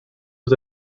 was